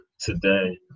today